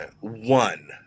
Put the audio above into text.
One